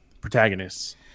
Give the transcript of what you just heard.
protagonists